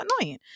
annoying